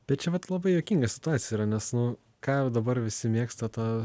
bet čia vat labai juokinga situacija yra nes nu ką jau dabar visi mėgsta tą